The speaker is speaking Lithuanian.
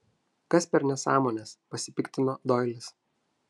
kas per nesąmonės pasipiktino doilis